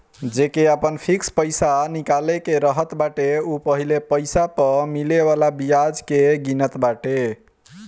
जेके आपन फिक्स पईसा निकाले के रहत बाटे उ पहिले पईसा पअ मिले वाला बियाज के गिनत बाटे